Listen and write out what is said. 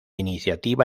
iniciativa